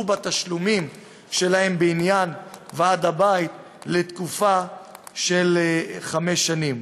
בתשלומים שלהם בעניין ועד הבית לתקופה של חמש שנים.